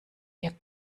ihr